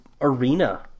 arena